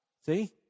See